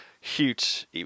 huge